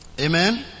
Amen